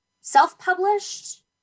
self-published